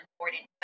important